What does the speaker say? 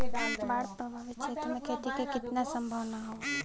बाढ़ प्रभावित क्षेत्र में खेती क कितना सम्भावना हैं?